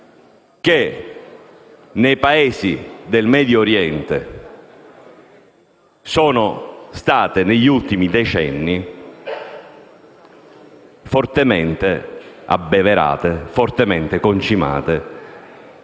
che nei Paesi del Medio Oriente sono state, negli ultimi decenni, fortemente abbeverate, fortemente concimate